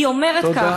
היא אומרת כך: -- תודה.